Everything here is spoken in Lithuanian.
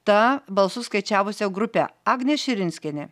ta balsus skaičiavusia grupe agnė širinskienė